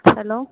hello